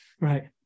Right